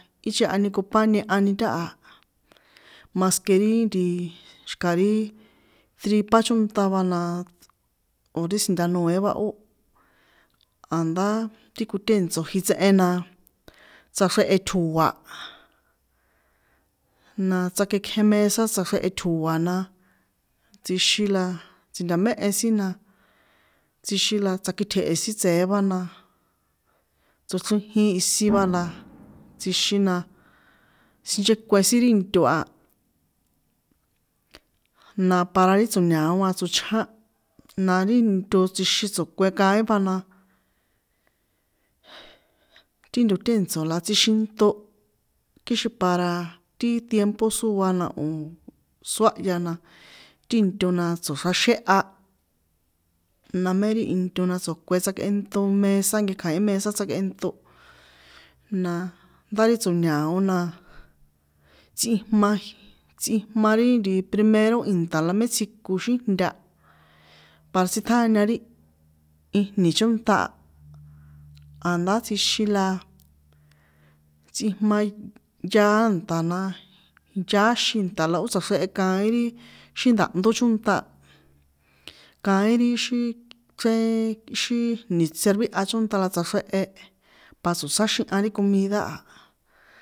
Í chꞌehani ocupar niehani táha maske ri tripa chínṭa va la o̱ ri si̱ntanóé va ó, a̱ndá ti kotènṭso̱ jitsꞌen na, tsaxrjehe tjo̱a̱, na tsakꞌekjen mesa tsaxrjehe tjo̱a̱ na, tsjixin na tsji̱nta̱méhe sin la tsixin la tsakitsje̱he̱ sin tse̱e va na, tsochrijin isin va na, tsjixin na sinchekuen sin ri nto a, na para ti tso̱ña̱o a tsochján, na ri nto tsjixin tso̱kuen kaín va na, ti ntotènt- so na tsꞌixinto kixin para ti tiempo sóa na o sóahya na ti nto na tso̱xraxéha, namé ri nto na tso̱kuen tsakꞌeṭo mesa, nkekja̱ín mesa tsjakꞌenṭo, na, ndá tso̱ña̱o na, tsꞌijma jin tsꞌijma ti primero ìnta̱ namé tsjiko xíjnta para tsꞌiṭjáña ri ijni̱ chónṭä a, a̱ndá tsjixin la tsꞌijma yaá nṭa̱ yaáxín nta̱ na ó tsꞌaxrjehe ti xín nda̱hndó chónṭa, kaín ri xí chrén xín jni̱ servihya chónta̱ la tsꞌaxrjehe pa tso̱sáxiha ri comida a.